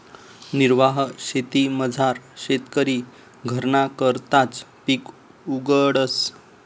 निर्वाह शेतीमझार शेतकरी घरना करताच पिक उगाडस